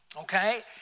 Okay